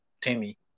Timmy